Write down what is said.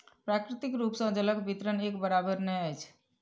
प्राकृतिक रूप सॅ जलक वितरण एक बराबैर नै अछि